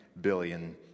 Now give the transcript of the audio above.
billion